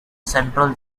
central